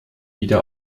wieder